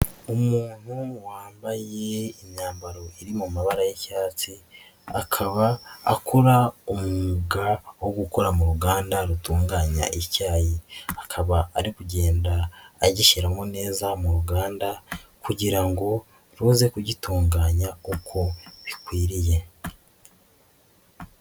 Umuntu wambaye imyambaro iri mu mabara y'icyatsi akaba akora umwuga wo gukora mu ruganda rutunganya icyayi, akaba ari kugenda agishyiramo neza mu ruganda kugira ngo ruze kugitunganya uko bikwiriye.